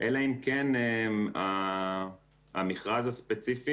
אלא אם כן המכרז הספציפי